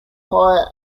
higher